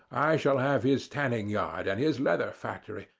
i shall have his tanning yard and his leather factory.